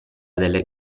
delle